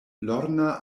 lorna